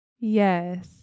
Yes